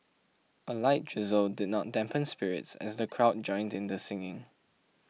a light drizzle did not dampen spirits as the crowd joined in the singing